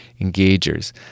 engagers